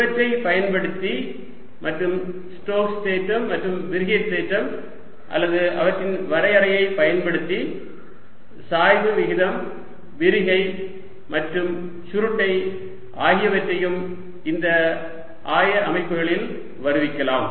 இவற்றைப் பயன்படுத்தி மற்றும் ஸ்டோக்ஸ் தேற்றம் மற்றும் விரிகை தேற்றம் அல்லது அவற்றின் வரையறையைப் பயன்படுத்தி சாய்வு விகிதம் விரிகை மற்றும் சுருட்டை ஆகியவற்றையும் இந்த ஆய அமைப்புகளில் வருவிக்கலாம்